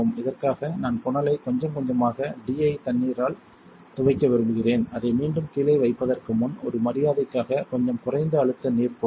இதற்காக நான் புனலை கொஞ்சம் கொஞ்சமாக D I தண்ணீரால் துவைக்க விரும்புகிறேன் அதை மீண்டும் கீழே வைப்பதற்கு முன் ஒரு மரியாதைக்காக கொஞ்சம் குறைந்த அழுத்த நீர் போதும்